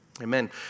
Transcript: Amen